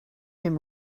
him